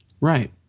Right